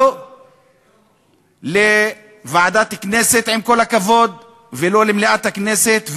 לא ועדת כנסת, עם כל הכבוד, ולא מליאת הכנסת.